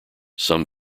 some